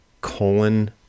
colon